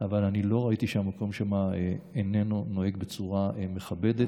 אבל אני לא ראיתי שהמקום שם איננו נוהג בצורה מכבדת.